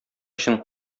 өчен